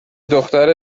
دختر